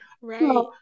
right